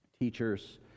teachers